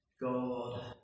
God